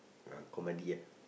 ah comedy ah